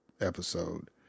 episode